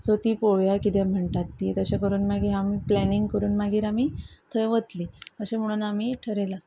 so ती पळोवया कितें म्हणटात ती तशें करून मागीर आमी प्लॅनींग करून मागीर आमी थंय वतली अशें म्हणून आमी थरयला